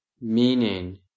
meaning